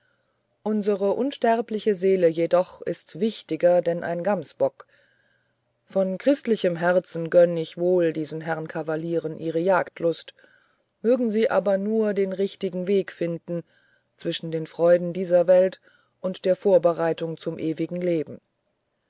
unsere unsterbliche seele jedoch ist wichtiger denn ein gamsbock von christlichem herzen gönne ich wohl diesen herren kavalieren ihre jagdlust mögen sie aber nur den richtigen weg zwischen den freuden dieser welt und der vorbereitung zum ewigen leben